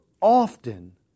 often